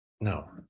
No